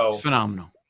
Phenomenal